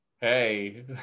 Hey